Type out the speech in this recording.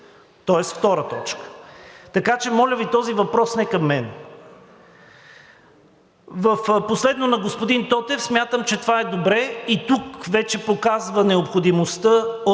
тоест, втората точка. Така че, моля Ви, този въпрос не към мен. Последно на господин Тотев. Смятам, че това е добре и тук вече показва необходимостта